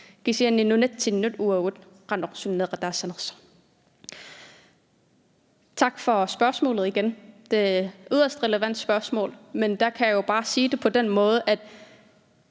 Tak for spørgsmålet igen. Det er et yderst relevant spørgsmål, men jeg vil sige det på den måde,